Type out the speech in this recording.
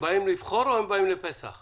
מבחינת הנוסעים